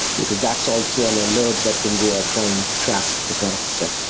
because that's also an alert that can go out from track, the product set?